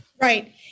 Right